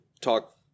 talk